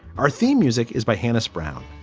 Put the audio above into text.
our theme music is by hannah brown.